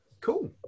cool